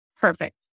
Perfect